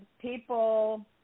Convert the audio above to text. people